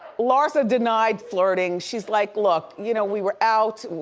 larsa denied flirting. she's like, look, you know, we were out,